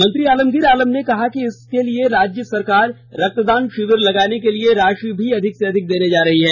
मंत्री आलमगीर आलम ने कहा कि इसके लिए राज्य सरकार रक्तदान शिविर लगाने के लिए राशि भी अधिक से अधिक देने जा रही है